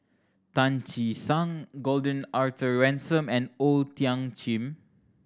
Tan Che Sang Gordon Arthur Ransome and O Thiam Chin